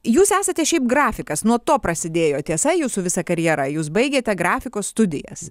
jūs esate šiaip grafikas nuo to prasidėjo tiesa jūsų visa karjera jūs baigėte grafikos studijas